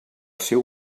seu